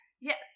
Yes